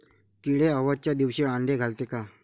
किडे अवसच्या दिवशी आंडे घालते का?